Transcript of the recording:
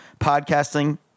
podcasting